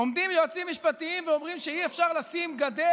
עומדים יועצים משפטיים ואומרים שאי-אפשר לשים גדר,